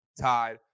tied